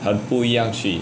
很不一样去